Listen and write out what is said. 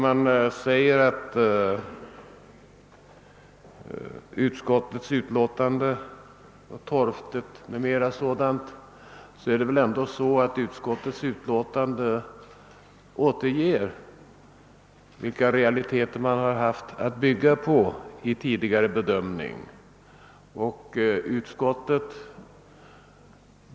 Man säger att utskottets utlåtande är torftigt m.m., men det återger ändock de realiteter vi haft att bygga på vid tidigare bedömningar.